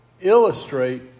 illustrate